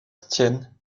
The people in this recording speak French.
tien